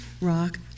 Rock